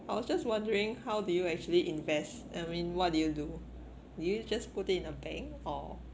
I was just wondering how did you actually invest I mean what did you do did you just put it in a bank or